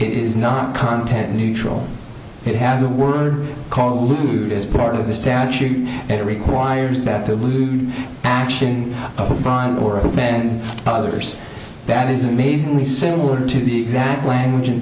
is not content neutral it has a word called lewd is part of the statute and it requires that the action of a bond or offend others that is amazingly similar to the exact language in